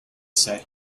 say